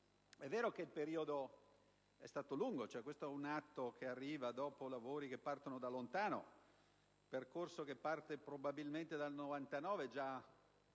È vero che il periodo è stato lungo: questo atto arriva dopo lavori che partono da lontano, da un percorso che parte probabilmente dal 1999, poiché